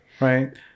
Right